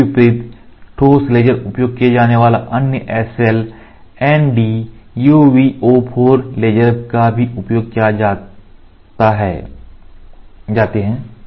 इसके विपरीत ठोस लेजर उपयोग किए जाने वाला अन्य SL model Nd YVO4 laser भी उपयोग किए जाते हैं